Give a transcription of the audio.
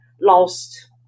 lost